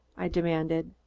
i demanded.